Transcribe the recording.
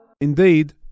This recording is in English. indeed